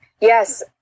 Yes